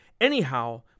Anyhow